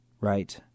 right